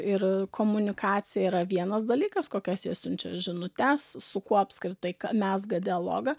ir komunikacija yra vienas dalykas kokias jie siunčiau žinutes su kuo apskritai mezga dialogą